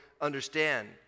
understand